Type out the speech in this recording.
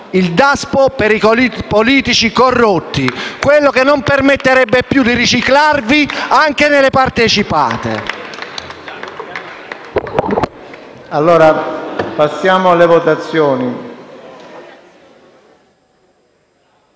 il Daspo per i politici corrotti, quello che non permetterebbe più di riciclarvi anche nelle partecipate.